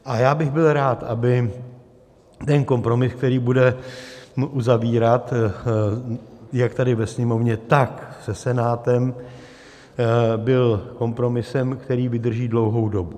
A já bych byl rád, aby kompromis, který se bude uzavírat jak tady ve Sněmovně, tak se Senátem, byl kompromisem, který vydrží dlouhou dobu.